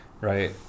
right